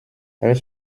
elle